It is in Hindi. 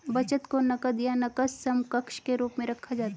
बचत को नकद या नकद समकक्ष के रूप में रखा जाता है